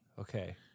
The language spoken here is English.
Okay